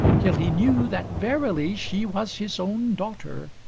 till he knew that verily she was his own daughter,